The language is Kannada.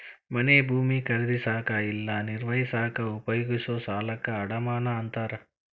ಮನೆ ಭೂಮಿ ಖರೇದಿಸಕ ಇಲ್ಲಾ ನಿರ್ವಹಿಸಕ ಉಪಯೋಗಿಸೊ ಸಾಲಕ್ಕ ಅಡಮಾನ ಅಂತಾರ